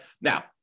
Now